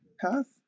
path